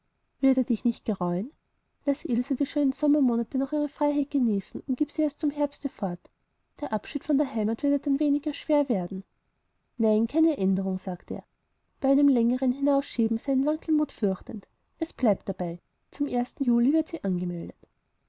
wird er dich nicht gereuen laß ilse die schönen sommermonate noch ihre freiheit genießen und gieb sie erst zum herbste fort der abschied von der heimat wird ihr dann weniger schwer werden nein keine aenderung sagte er bei einem längeren hinausschieben seinen wankelmut fürchtend es bleibt dabei zum juli wird sie